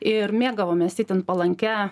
ir mėgavomės itin palankia